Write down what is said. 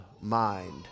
mind